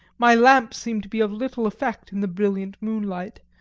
my lamp seemed to be of little effect in the brilliant moonlight,